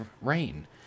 rain